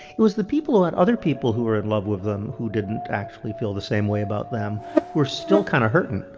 it was the people who had other people who were in love with them, who didn't actually feel the same way about them, who were still kind of hurting.